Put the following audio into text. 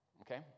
Okay